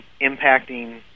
impacting